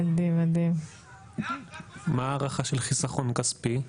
מה ההערכה של חיסכון כספי?